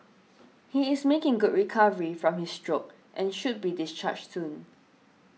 he is making good recovery from his stroke and should be discharged soon